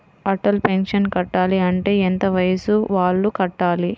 Atal pension కట్టాలి అంటే ఎంత వయసు వాళ్ళు కట్టాలి?